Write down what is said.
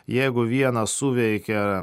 jeigu vienas suveikia